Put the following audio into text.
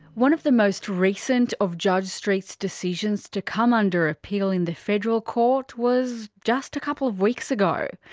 one of the most recent of judge street's decisions to come under appeal in the federal court. was just a couple of weeks ago.